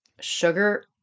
sugar